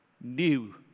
new